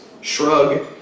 shrug